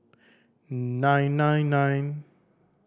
nine nine nine